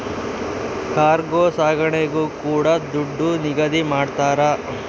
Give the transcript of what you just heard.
cargo ಸಾಗಣೆಗೂ ಕೂಡ ದುಡ್ಡು ನಿಗದಿ ಮಾಡ್ತರ